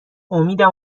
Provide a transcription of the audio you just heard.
امیدم